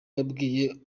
yabwiye